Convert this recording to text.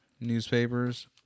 newspapers